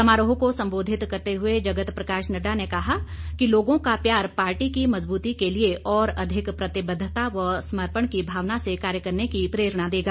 समारोह को सम्बोधित करते हुए जगत प्रकाश नड्डा ने कहा कि लोगों का प्यार पार्टी की मजबूती के लिए और अधिक प्रतिबद्धता व समर्पण की भावना से कार्य करने की प्रेरणा देगी